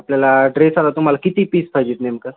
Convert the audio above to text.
आपल्याला ड्रेस आता तुम्हाला किती पीस पाहिजेत नेमके